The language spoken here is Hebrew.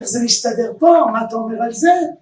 ‫איך זה מסתדר פה? ‫מה אתה אומר על זה?